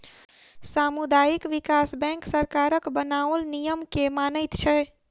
सामुदायिक विकास बैंक सरकारक बनाओल नियम के मानैत छै